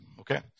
Okay